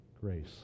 grace